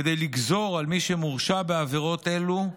כדי לגזור על מי שמורשע בעבירות אלו,